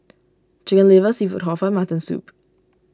Chicken Liver Seafood Hor Fun and Mutton Soup